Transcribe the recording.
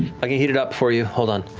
i can heat it up for you, hold on.